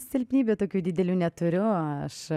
silpnybių tokių didelių neturiu aš